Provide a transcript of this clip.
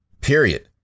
period